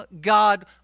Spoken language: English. God